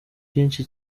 byinshi